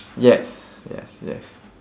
yes yes yes